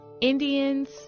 Indians